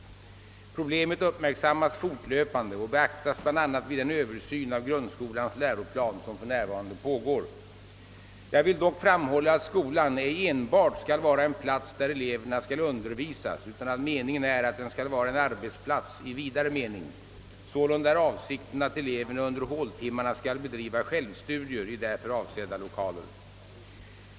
Problemet uppmärksammas fortlöpande och beaktas bl.a. vid den översyn av grund skolans läroplan som för närvarande pågår. Jag vill dock framhålla att skolan ej enbart skall vara en plats där eleverna skall undervisas utan att meningen är att den skall vara en arbetsplats i vidare mening; sålunda är avsikten att eleverna under håltimmarna skall bedriva självstudier i därför avsedda lokaler.